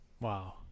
Wow